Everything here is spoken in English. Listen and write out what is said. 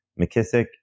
McKissick